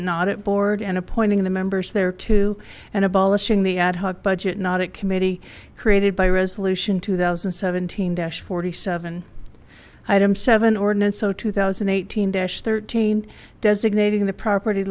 budget not at board and appointing the members there to and abolishing the ad hoc budget not a committee created by resolution two thousand and seventeen dash forty seven item seven ordinance zero two thousand eight hundred thirteen designating the property